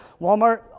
Walmart